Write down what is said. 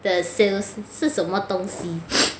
the sales 是什么东西